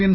N